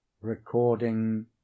recording